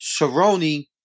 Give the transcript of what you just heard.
Cerrone